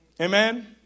Amen